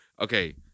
Okay